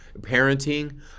Parenting